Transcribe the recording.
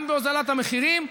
גם בהורדת המחירים,